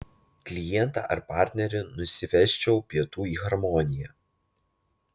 klientą ar partnerį nusivesčiau pietų į harmoniją